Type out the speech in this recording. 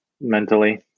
mentally